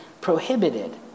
prohibited